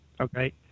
okay